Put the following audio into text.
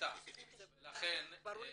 השביתה -- ברור לגמרי.